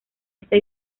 esta